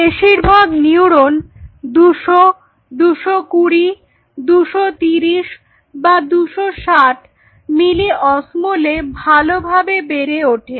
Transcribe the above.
বেশিরভাগ নিউরন 200 220 230 বা 260 মিলি অস্মলে ভালোভাবে বেড়ে ওঠে